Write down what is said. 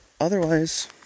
otherwise